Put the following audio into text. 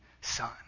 son